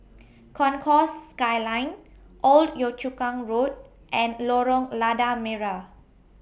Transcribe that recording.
Concourse Skyline Old Yio Chu Kang Road and Lorong Lada Merah